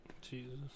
Jesus